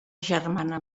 germana